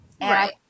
Right